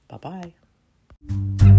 Bye-bye